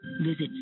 Visit